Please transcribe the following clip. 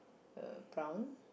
uh brown